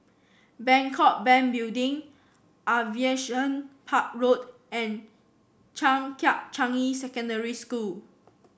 Bangkok Bank Building Aviation Park Road and Changkat Changi Secondary School